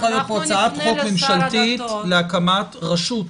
צריכה להיות פה הצעת חוק ממשלתית להקמת רשות,